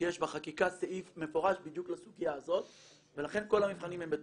יש בחקיקה סעיף מפורש בדיוק לסוגיה הזאת ולכן כל המבחנים הם בתוקף.